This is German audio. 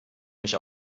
mich